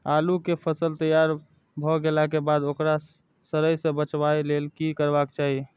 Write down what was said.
आलू केय फसल तैयार भ गेला के बाद ओकरा सड़य सं बचावय लेल की करबाक चाहि?